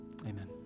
Amen